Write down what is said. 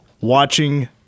watching